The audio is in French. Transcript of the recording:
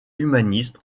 humaniste